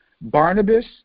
Barnabas